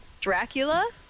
Dracula